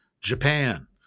Japan